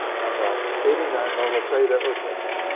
and the eighty nine loma prieta earthquake hit.